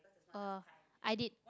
oh I did